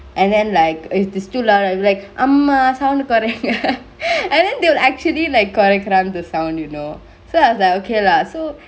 and then like if it's too loud I'll be like அம்மா:amma sound டு கொரைங்க:du koraingkge and then they will actually like கொரைக்கரான்:koraikeraan the sound you know so I was like okay lah so